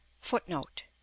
Footnote